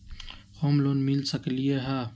Home loan मिल सकलइ ह?